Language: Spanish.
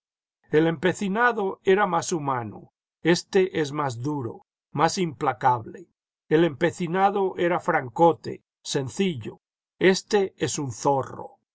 el empecinado era más humano éste es más duro más implacable el empecinado era francote sencillo éste es un zorro